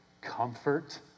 comfort